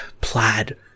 Plaid